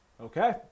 Okay